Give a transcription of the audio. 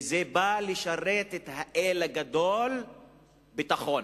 כי זה בא לשרת את האל הגדול, ביטחון.